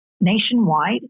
nationwide